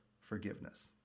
forgiveness